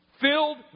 Filled